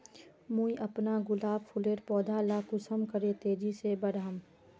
मुई अपना गुलाब फूलेर पौधा ला कुंसम करे तेजी से बढ़ाम?